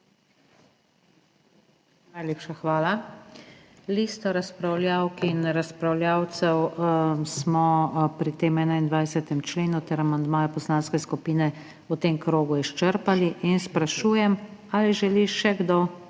Najlepša hvala. Listo razpravljavk in razpravljavcev smo pri tem 21. členu ter amandmajih poslanske skupine v tem krogu izčrpali. Sprašujem, ali želi še kdo